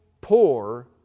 poor